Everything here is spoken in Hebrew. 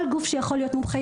כל גוף שיכול להיות מומחה,